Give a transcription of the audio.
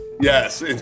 Yes